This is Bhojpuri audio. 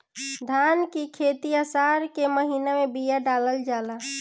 धान की खेती आसार के महीना में बिया डालल जाला?